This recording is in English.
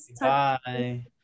Bye